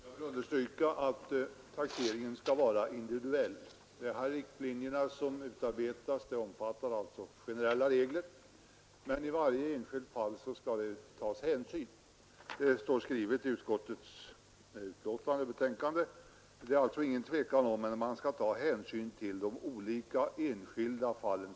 Herr talman! Jag vill understryka att taxeringen skall vara individuell. De riktlinjer som utarbetats omfattar generella regler, men det framhålls i utskottets betänkande att det skall tas hänsyn till varje enskilt fall. Det kan alltså inte råda något tvivel om att hänsyn skall tas till de enskilda fallen.